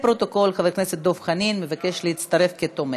לפרוטוקול, חבר הכנסת דב חנין מבקש להצטרף כתומך.